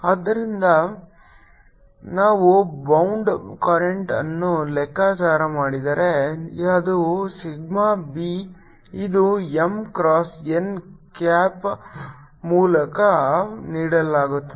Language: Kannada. ಆದ್ದರಿಂದ ನಾನು ಬೌಂಡ್ ಕರೆಂಟ್ ಅನ್ನು ಲೆಕ್ಕಾಚಾರ ಮಾಡಿದರೆ ಅದು ಸಿಗ್ಮಾ B ಇದು M ಕ್ರಾಸ್ n ಕ್ಯಾಪ್ ಮೂಲಕ ನೀಡಲಾಗುತ್ತದೆ